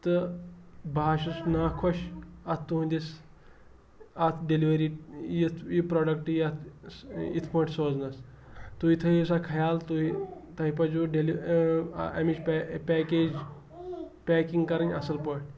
تہٕ بہٕ ہسا چھُس نا خۄش اَتھ تُہنٛدِس اَتھ ڈیٚلِؤری یِتھ یہِ پرٛوڈَکٹہٕ یَتھ یِتھ پٲٹھۍ سوزنَس تُہۍ تھٲیِو سا خیال تُہۍ تۄہہِ پَزِوٕ ڈیٚلہِ ٲں اَمِچ پیکیج پیکِنٛگ کَرٕنۍ اصٕل پٲٹھۍ